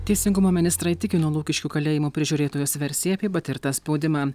teisingumo ministrą įtikino lukiškių kalėjimo prižiūrėtojos versija apie patirtą spaudimą